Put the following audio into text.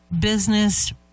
business